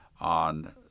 on